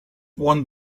one